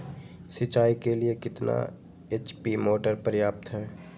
सिंचाई के लिए कितना एच.पी मोटर पर्याप्त है?